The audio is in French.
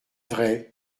vrai